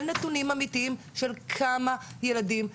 נתונים אמתיים של כמה ילדים רעבים.